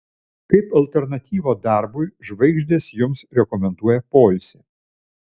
kaip alternatyvą darbui žvaigždės jums rekomenduoja poilsį